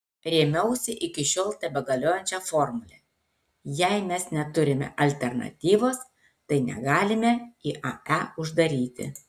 rėmiausi iki šiol tebegaliojančia formule jei mes neturime alternatyvos tai negalime iae uždaryti